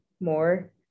more